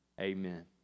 Amen